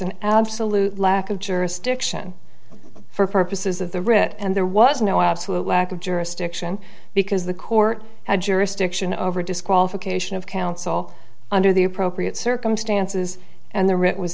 an absolute lack of jurisdiction for purposes of the writ and there was no absolute lack of jurisdiction because the court had jurisdiction over disqualification of counsel under the appropriate circumstances and the writ was